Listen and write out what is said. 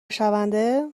شونده